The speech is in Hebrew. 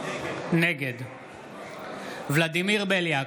נגד ולדימיר בליאק,